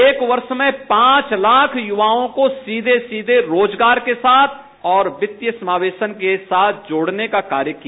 एक वर्ष में पांच लाख युवाओं को सीधे सीधे रोजगार के साथ और वित्तीय समावेशन के साथ जोड़ने का कार्य किया